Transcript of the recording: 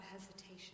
hesitation